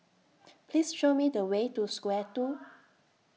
Please Show Me The Way to Square two